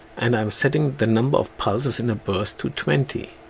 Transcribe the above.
and i am setting the number of pulses in a burst to twenty